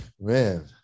Man